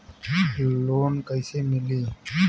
Loan कईसे मिली?